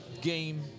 game